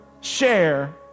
share